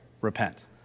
Repent